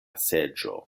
seĝo